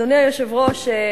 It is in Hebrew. אדוני היושב-ראש,